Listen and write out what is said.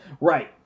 Right